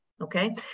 okay